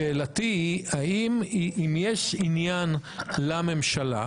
שאלתי, אם יש עניין לממשלה,